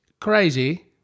crazy